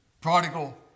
prodigal